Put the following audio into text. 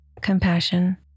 compassion